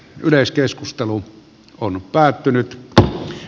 yleiskeskustelu oli päätynyt puhos